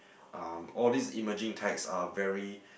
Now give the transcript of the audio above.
um all these emerging techs are very